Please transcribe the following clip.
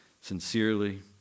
sincerely